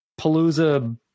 palooza